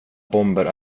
bomber